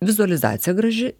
vizualizacija graži